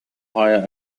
higher